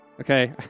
Okay